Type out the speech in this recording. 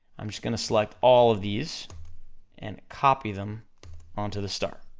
i'm just gonna select all of these and copy them onto the star,